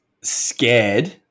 scared